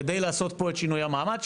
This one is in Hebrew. כדי לעשות פה את שינוי המעמד,